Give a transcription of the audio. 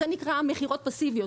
זה נקרא "מכירות פסיביות".